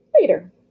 Later